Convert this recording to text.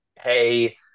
Hey